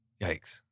Yikes